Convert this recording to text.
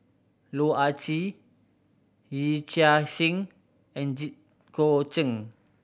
Loh Ah Chee Yee Chia Hsing and Jit Koon Ch'ng